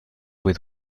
with